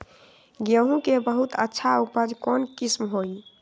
गेंहू के बहुत अच्छा उपज कौन किस्म होई?